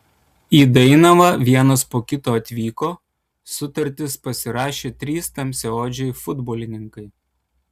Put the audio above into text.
į dainavą vienas po kito atvyko sutartis pasirašė trys tamsiaodžiai futbolininkai